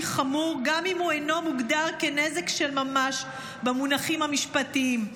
חמור גם אם הוא אינו מוגדר כנזק של ממש במונחים המשפטיים.